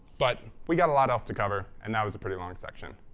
but we got a lot else to cover, and that was a pretty long section.